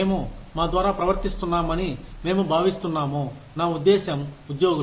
మేము మా ద్వారా ప్రవర్తిస్తున్నామని మేము భావిస్తున్నాము నా ఉద్దేశ్యం ఉద్యోగులు